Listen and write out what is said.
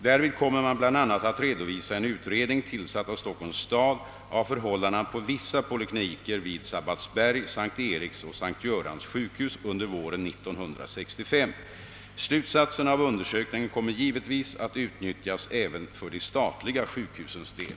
Därvid kommer man bl.a. att redovisa en utredning, tillsatt av Stockholms stad, av förhållandena på vissa polikliniker vid Sabbatsbergs, S:t Eriks och S:t Görans sjukhus under våren 1965. Slutsatserna av undersökningen kommer givetvis att utnyttjas även för de statliga sjukhusens del.